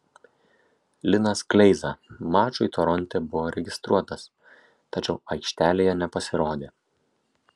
linas kleiza mačui toronte buvo registruotas tačiau aikštelėje nepasirodė